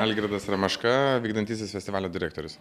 algirdas ramaška vykdantysis festivalio direktorius